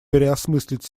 переосмыслить